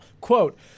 Quote